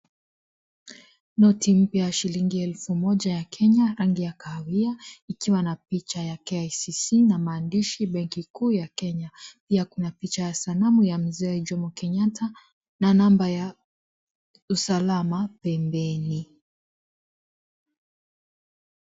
Noti mpya ya shilingi elfu moja ya Kenya, rangi ya kahawiya ikiwa na picha ya KICC na maandishi, Benki Kuu Ya Kenya. Pia Kuna picha ya sanamu ya Mzee Jomo Kenyatta na namba ya usalama pembeni.